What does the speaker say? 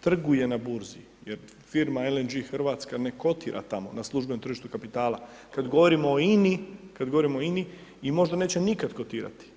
trguje na burzi, jer firma LNG Hrvatska ne kotira tamo, na službenom tržištu kapitala kad govorimo o INA-i, kad govorimo o INA-i, i možda neće nikada kotirati.